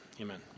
Amen